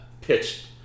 pitched